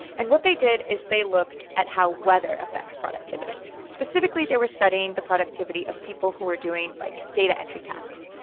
and what they did is they looked at how weather affects productivity specifically, they were studying the productivity of people who were doing, like, data entry tasks.